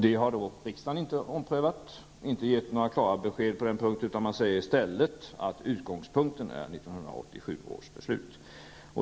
Det har då riksdagen inte omprövat. Riksdagen har inte gett några klara besked på den punkten utan säger i stället att utgångspunkten är 1987 års beslut.